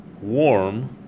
warm